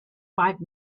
five